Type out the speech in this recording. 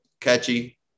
catchy